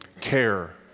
care